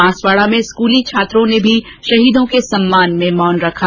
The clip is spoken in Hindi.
बांसवाडा में स्कूली छात्रों ने भी शहीदों के सम्मान में मौन रखा